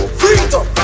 freedom